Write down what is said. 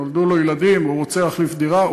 נולדו לו ילדים והוא רוצה להחליף דירה,